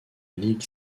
ligue